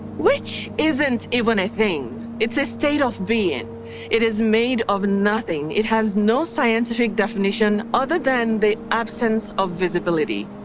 which isn't even a thing. its a state of being. it it is made of nothing. it has no scientific definition other than the absence of visibility.